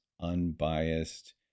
unbiased